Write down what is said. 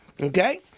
Okay